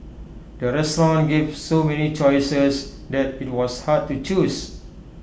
the restaurant gave so many choices that IT was hard to choose